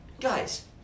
guys